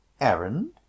Errand